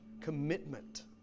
commitment